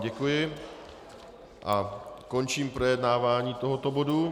Děkuji vám a končím projednávání tohoto bodu.